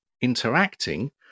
interacting